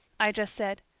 i just said,